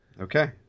Okay